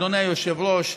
אדוני היושב-ראש,